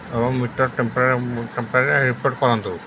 ଏବଂ meter tampering ଟେମ୍ପରିଂକୁ report କରନ୍ତୁ